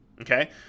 okay